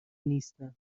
نیستم